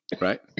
Right